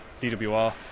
DWR